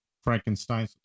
Frankenstein